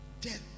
Death